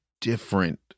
different